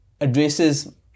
addresses